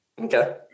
Okay